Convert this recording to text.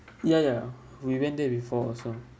ya ya we went there before also